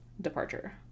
departure